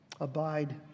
abide